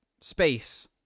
space